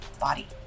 body